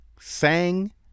sang